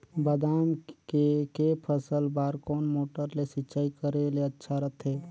बादाम के के फसल बार कोन मोटर ले सिंचाई करे ले अच्छा रथे?